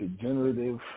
degenerative